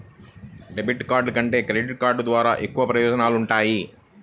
debit card కంటే credit card ద్వారా ఎక్కువ ప్రయోజనాలు వుంటయ్యి